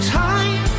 time